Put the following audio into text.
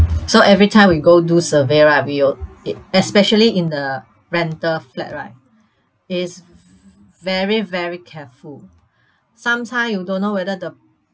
so every time we go do survey right we'll especially in the rental flat right it's very very careful sometime you don't know whether the